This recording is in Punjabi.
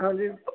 ਹਾਂਜੀ